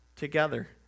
Together